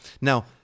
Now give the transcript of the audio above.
Now